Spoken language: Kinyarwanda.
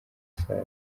save